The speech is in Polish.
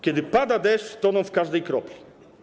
Kiedy pada deszcz - toną w każdej kropli.